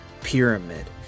Pyramid